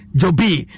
jobi